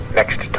next